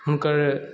हुनकर